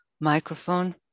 microphone